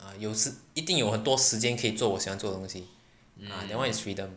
啊有时一定有很多时间可以做我想做的东西 ah that one is freedom